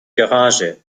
garage